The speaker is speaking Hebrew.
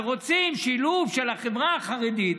שרוצים שילוב של החברה החרדית,